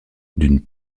d’une